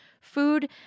food